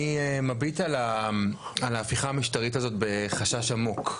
אני מביט על ההפיכה המשטרית הזאת בחשש עמוק,